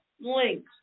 links